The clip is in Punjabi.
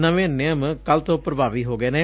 ਨਵੇਂ ਨਿਯਮ ਕੱਲ ਤੋਂ ਪੂਭਾਵੀ ਹੋ ਗਏ ਨੇ